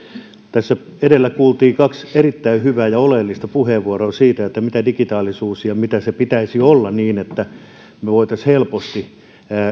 tässä edellä kuultiin kaksi erittäin hyvää ja oleellista puheenvuoroa siitä mitä digitaalisuus on ja mitä sen pitäisi olla niin että me voisimme helposti